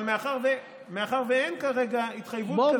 אבל מאחר שאין כרגע התחייבות כזאת,